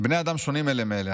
בני אדם שונים אלה מאלה,